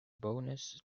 bonus